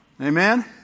Amen